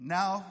Now